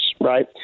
right